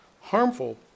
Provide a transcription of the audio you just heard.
harmful